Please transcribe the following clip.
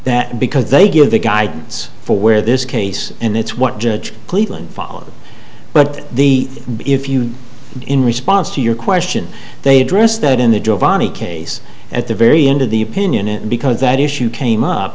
that because they give the guidance for where this case and its what judge cleveland followed but the if you in response to your question they addressed that in the giovani case at the very end of the opinion it because that issue came up